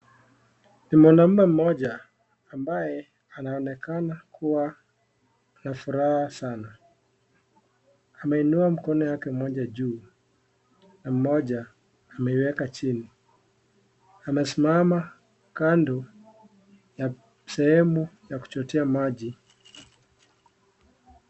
Ni mwanamume mmoja, ambaye anaonekana kuwa na furaha sana. Ameinua mkono yake mmoja juu na mmoja, ameiweka chini. Amesimama kando ya sehemu ya kuchochea maji.